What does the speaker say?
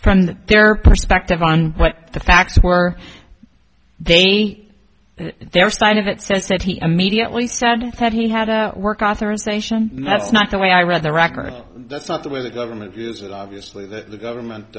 and their perspective on what the facts were again their side of it says that he immediately said that he had a work authorization and that's not the way i read the record that's not the way the government is that obviously that the government